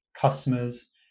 customers